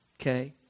Okay